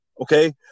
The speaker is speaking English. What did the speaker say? Okay